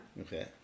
Okay